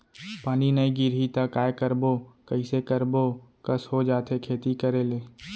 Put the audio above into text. पानी नई गिरही त काय करबो, कइसे करबो कस हो जाथे खेती के करे ले